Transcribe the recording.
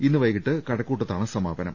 ഇന്ന് വൈകീട്ട് കഴക്കൂട്ടത്താണ് സമാപനം